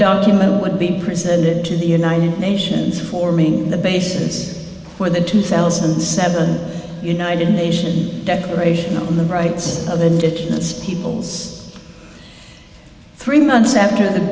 document would be presented to the united nations forming the basis for the two thousand and seven united nation declaration on the rights of indigenous peoples three months after the